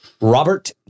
Robert